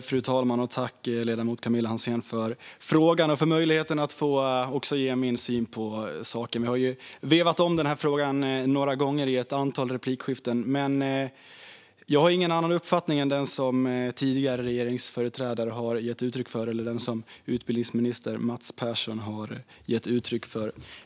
Fru talman! Tack, ledamoten Camilla Hansén, för frågan och för möjligheten att få ge också min syn på saken. Vi har ju vevat frågan några gånger i ett antal replikskiften. Jag har ingen annan uppfattning än den som tidigare företrädare för regeringspartierna och även utbildningsminister Mats Persson har gett uttryck för.